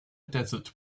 desert